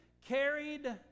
carried